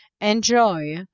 enjoy